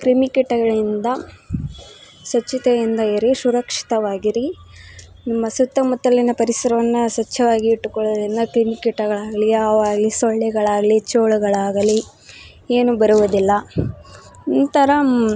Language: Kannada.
ಕ್ರಿಮಿಕೀಟಗಳಿಂದ ಸ್ವಚ್ಛತೆಯಿಂದ ಇರಿ ಸುರಕ್ಷಿತವಾಗಿರಿ ನಿಮ್ಮ ಸುತ್ತಮುತ್ತಲಿನ ಪರಿಸರವನ್ನ ಸ್ವಚ್ಛವಾಗಿ ಇಟ್ಟುಕೊಳ್ಳುದರಿಂದ ಕ್ರಿಮಿಕೀಟಗಳಾಗಲಿ ಹಾವಾಗ್ಲಿ ಸೊಳ್ಳೆಗಳಾಗಲಿ ಚೇಳುಗಳಾಗಲಿ ಏನು ಬರುವುದಿಲ್ಲ ಈ ಥರ